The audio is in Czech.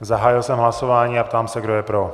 Zahájil jsem hlasování a ptám se, kdo je pro.